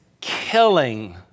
killing